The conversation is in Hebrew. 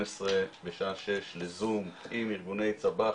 עשרה בשעה שש לזום עם ארגוני צב"ח,